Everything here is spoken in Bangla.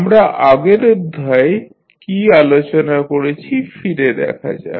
আমরা আগের অধ্যায়ে কি আলোচনা করেছি ফিরে দেখা যাক